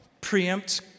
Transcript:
preempt